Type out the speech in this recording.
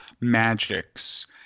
magics